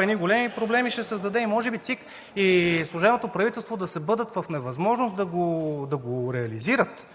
едни големи проблеми ще създаде, а може би ЦИК и служебното правителство да бъдат в невъзможност да го реализират.